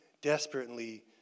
desperately